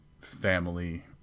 family